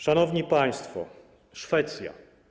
Szanowni państwo - Szwecja.